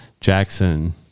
Jackson